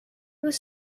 was